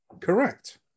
Correct